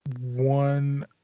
one